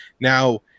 Now